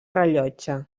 rellotge